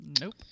Nope